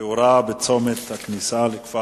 תאורה בצומת הכניסה לכפר